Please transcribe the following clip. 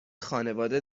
خانواده